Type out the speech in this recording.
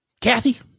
Kathy